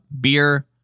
.beer